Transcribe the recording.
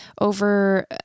over